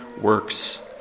works